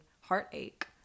heartache